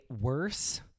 worse